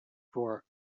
for